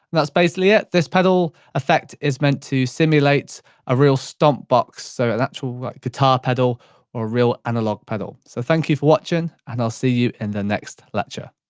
that's basically it. this pedal effect is meant to simulate a real stomp box so an actual guitar pedal or a real analogue pedal. so thank you for watching and i'll see you in the next lecture.